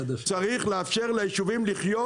צריך לאפשר ליישובים לחיות,